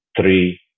Three